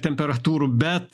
temperatūrų bet